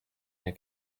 der